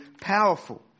powerful